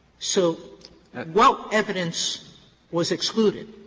so what evidence was excluded?